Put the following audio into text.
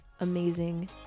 amazing